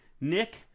Nick